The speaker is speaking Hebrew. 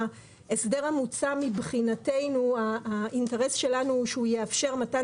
ההסדר המוצע מבחינתנו והאינטרס שלנו הוא שהוא יאפשר מתן